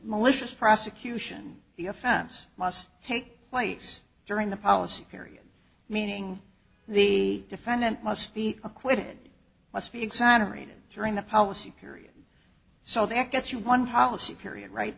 malicious prosecution the offense must take place during the policy period meaning the defendant must be acquitted must be exonerated during the policy period so there gets you one policy period right